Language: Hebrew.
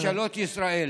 ממשלות ישראל,